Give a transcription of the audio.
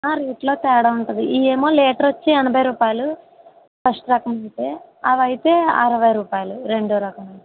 రేట్లో తేడా ఉంటది ఇవేమో లీటర్ వచ్చి ఎనభై రూపాయిలు ఫస్టు రకమంటే అవైతే అరవై రూపాయిలు రెండో రకం